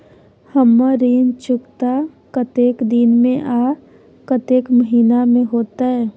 हमर ऋण चुकता कतेक दिन में आ कतेक महीना में होतै?